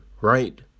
right